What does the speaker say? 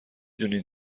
دونین